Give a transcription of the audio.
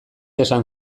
esan